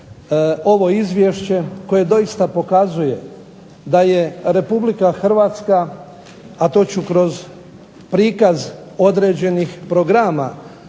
ovo izvješće koje doista pokazuje da je Republika Hrvatska, a toću kroz prikaz određenih programa